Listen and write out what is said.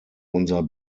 unser